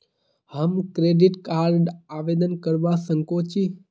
हम credit card आवेदन करवा संकोची?